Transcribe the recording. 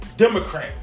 Democrat